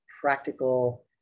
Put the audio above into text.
practical